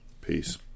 Peace